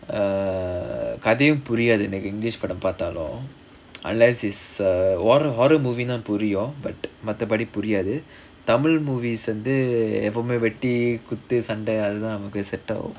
err கதையும் புரியாது எனக்கு:kathaiyum puriyaathu enakku english படம் பாத்தாலும்:padam paathaalum unless it's err horror movie புரியும்:puriyum but மத்தபடி புரியாது:maththapadi puriyaathu tamil movies வந்து எப்பவுமே வெட்டி குத்து சண்ட அதுதா நமக்கு:vanthu eppavumae vetti kuthu sanda athuthaa namakku set ஆகும்:agum